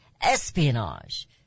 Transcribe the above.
Espionage